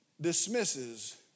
dismisses